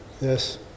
Yes